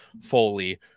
Foley